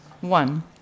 One